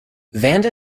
vanda